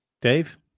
Dave